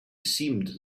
seemed